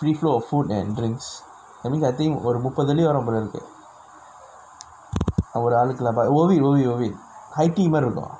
free flow of food and drinks I means I think ஒரு முப்பது வெள்ளி வரும் போல இருக்கு ஒரு ஆளுக்குலா:oru muppathu velli varum pola irukku oru aalukulaa but worth it worth it worth it high tea மாரி இருக்கு:maari irukku